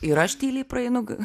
ir aš tyliai praeinu